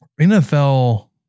NFL